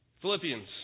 Philippians